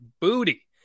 booty